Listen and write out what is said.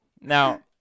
now